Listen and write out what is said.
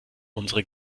unsere